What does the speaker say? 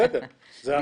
בסדר, זה הרעיון.